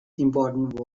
important